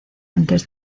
antes